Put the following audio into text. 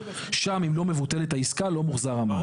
שם, אם לא מבוטלת העסקה לא מוחזר המס.